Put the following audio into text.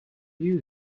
you